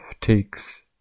takes